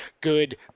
good